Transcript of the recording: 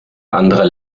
anderer